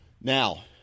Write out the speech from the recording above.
now